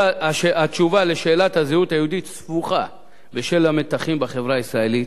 התשובה לשאלת הזהות היהודית סבוכה בשל המתחים בחברה הישראלית,